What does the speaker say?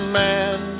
man